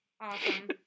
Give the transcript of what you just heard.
Awesome